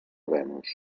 venus